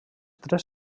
tres